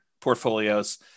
portfolios